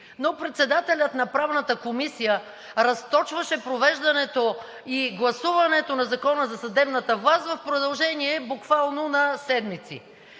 кои. Председателят на Правната комисия разточваше провеждането и гласуването на Закона за съдебната власт в продължение буквално на седмици.